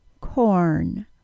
corn